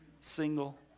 single